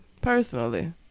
personally